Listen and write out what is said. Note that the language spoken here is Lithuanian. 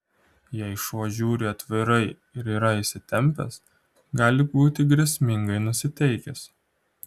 jei šuo žiūri atvirai ir yra įsitempęs gali būti grėsmingai nusiteikęs